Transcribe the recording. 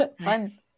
Fun